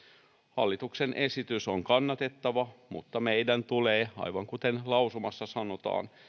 hallituksen esitys on kannatettava mutta meidän tulee aivan kuten lausumassa sanotaan